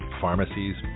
pharmacies